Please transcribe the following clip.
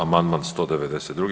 Amandman 192.